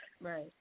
Right